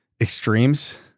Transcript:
extremes